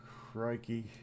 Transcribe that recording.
Crikey